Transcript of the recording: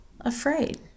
afraid